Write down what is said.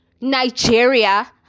Nigeria